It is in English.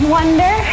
Wonder